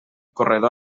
corredor